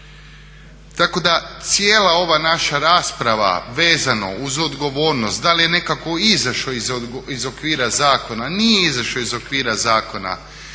Tako da cijela ova naša rasprava vezano uz odgovornost da li je nekako izašao iz okvira zakona, nije izašao iz okvira zakona,